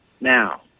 now